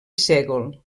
sègol